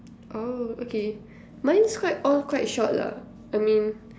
oh okay mine's quite all quite short lah I mean